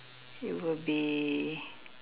it would be